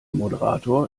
moderator